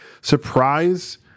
surprise